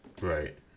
Right